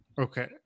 Okay